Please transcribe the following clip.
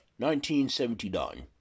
1979